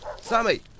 Sammy